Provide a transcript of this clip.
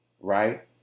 right